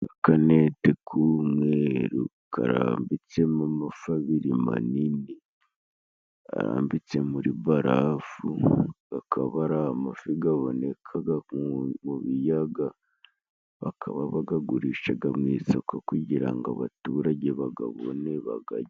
Agakanete k'umweru karambitsemo amafi abiri manini arambitse muri barafu, gakaba ari amafi gabonekaga mu biyaga, bakaba bagagurishaga mu isoko kugira ngo abaturage bagabone bagajye.